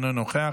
אינו נוכח,